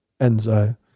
Enzo